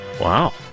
Wow